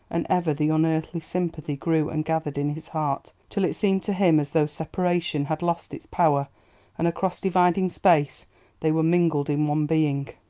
and ever the unearthly sympathy grew and gathered in his heart, till it seemed to him as though separation had lost its power and across dividing space they were mingled in one being.